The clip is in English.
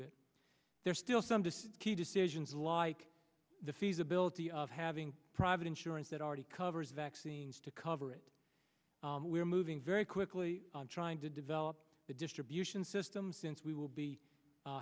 bit there are still some this is key decisions like the feasibility of having private insurance that already covers vaccines to cover it we're moving very quickly on trying to develop the distribution system since we will be